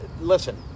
listen